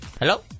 Hello